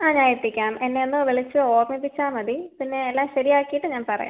ആ ഞാൻ എത്തിക്കാം എന്നെ ഒന്ന് വിളിച്ച് ഓർമ്മിപ്പിച്ചാൽ മതി പിന്നെ എല്ലാം ശരി ആക്കിയിട്ട് ഞാൻ പറയാം